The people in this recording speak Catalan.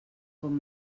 com